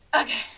Okay